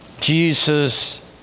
Jesus